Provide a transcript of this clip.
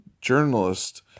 journalist